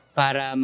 para